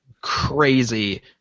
crazy